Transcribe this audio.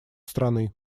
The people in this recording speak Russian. страны